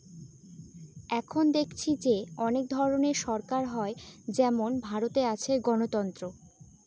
এখন দেখেছি যে অনেক ধরনের সরকার হয় যেমন ভারতে আছে গণতন্ত্র